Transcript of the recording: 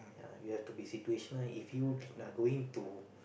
ya you have to be situational if you are going to